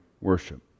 worship